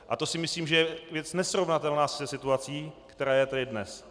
A to si myslím, že je věc nesrovnatelná se situací, která je tady dnes.